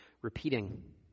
repeating